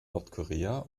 nordkorea